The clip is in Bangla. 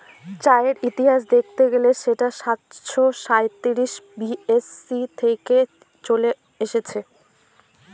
চায়ের ইতিহাস দেখতে গেলে সেটা সাতাশো সাঁইত্রিশ বি.সি থেকে চলে আসছে